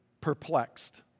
perplexed